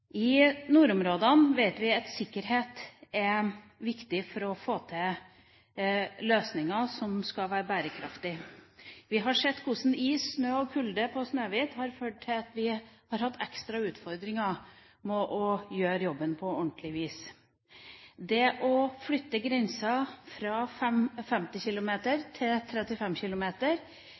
I nordområdene vet vi at sikkerhet er viktig for å få til løsninger som skal være bærekraftige. Vi har sett hvordan is, snø og kulde på Snøhvit har ført til at vi har hatt ekstra utfordringer med å gjøre jobben på ordentlig vis. Det å flytte grensa fra 50 km til 35 km